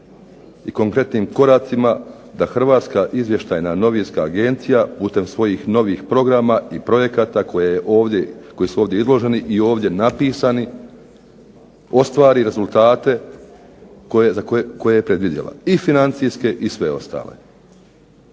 i konkretnim koracima da Hrvatska izvještajna novinska agencija putem svojih novih programa i projekata koji su ovdje izloženi i ovdje napisani ostvari rezultate koje je predvidjela i financijske i sve ostale.